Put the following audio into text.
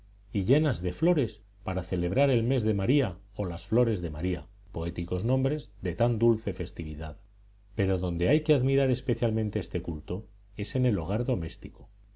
y llenas de flores para celebrar el mes de maría o las flores de maría poéticos nombres de tan dulce festividad pero donde hay que admirar especialmente este culto es en el hogar doméstico